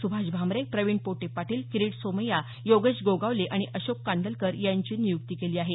सुभाष भामरे प्रवीण पोटे पाटील किरीट सोमय्या योगेश गोगावले आणि अशोक कांडलकर यांची निय्क्ती केली आहे